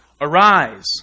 Arise